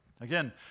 Again